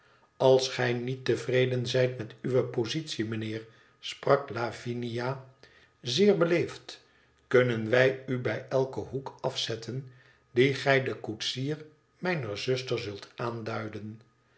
als gij niet tevreden zijt met uwe positie mijnheer sprak lavinia zeer beleefd kunnen wij u bij eiken hoek afzetten dien gij den koetsier mijner zuster zult aanduiden